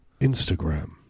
Instagram